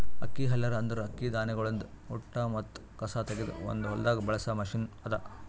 ಅಕ್ಕಿ ಹಲ್ಲರ್ ಅಂದುರ್ ಅಕ್ಕಿ ಧಾನ್ಯಗೊಳ್ದಾಂದ್ ಹೊಟ್ಟ ಮತ್ತ ಕಸಾ ತೆಗೆದ್ ಒಂದು ಹೊಲ್ದಾಗ್ ಬಳಸ ಮಷೀನ್ ಅದಾ